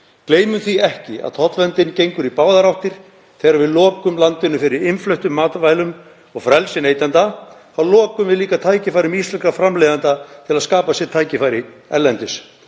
Gleymum því ekki að tollverndin gengur í báðar áttir. Þegar við lokum landinu fyrir innfluttum matvælum og frelsi neytanda þá lokum við líka tækifærum íslenskra framleiðenda til að skapa sér tækifæri erlendis.